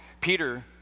Peter